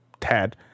Ted